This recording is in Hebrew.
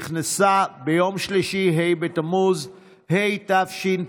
נכנסה ביום שלישי, ה' בתמוז התשפ"א,